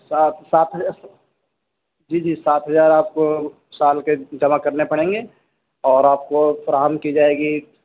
سات سات جی جی سات ہزار آپ کو سال کے جمع کرنے پڑیں گے اور آپ کو فراہم کی جائے گی